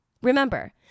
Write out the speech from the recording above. Remember